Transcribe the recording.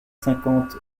cinquante